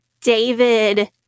David